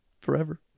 forever